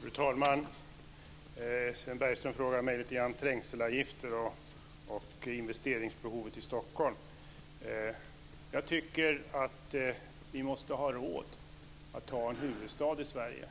Fru talman! Sven Bergström frågar mig om trängselavgifter och investeringsbehovet i Stockholm. Jag tycker att vi måste ha råd att ha en huvudstad i Sverige.